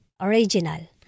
original